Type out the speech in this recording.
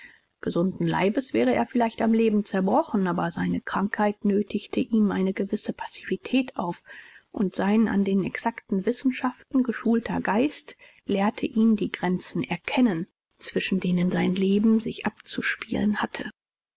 gesunden leibes wäre er vielleicht am leben zerbrochen aber seine krankheit nötigte ihm eine gewisse passivität auf und sein an den exakten wissenschaften geschulter geist lehrte ihn die grenzen erkennen zwischen denen sein leben sich abzuspielen hatte